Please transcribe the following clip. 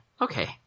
okay